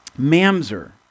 Mamzer